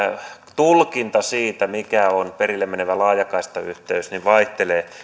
tulkinta siitä mikä on perille menevä laajakaistayhteys vaihteli